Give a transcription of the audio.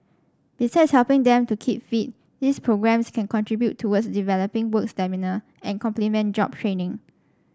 besides helping them to keep fit these programmes can contribute towards developing work stamina and complement job training